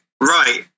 right